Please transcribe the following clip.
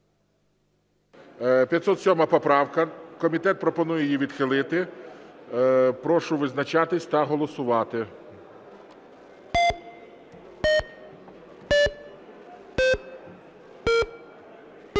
626 поправка. Комітет пропонує відхилити. Прошу визначатись та голосувати.